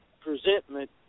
presentment